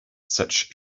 such